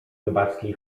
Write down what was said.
rybackiej